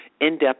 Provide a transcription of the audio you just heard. in-depth